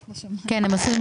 לא שמענו.